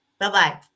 Bye-bye